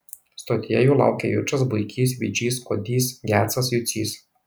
stotyje jų jau laukė jučas buikys vidžys kodys gecas jucys